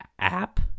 app